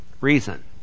reason